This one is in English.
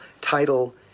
title